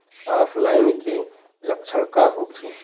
ऑफलाइनके लक्षण का होखे?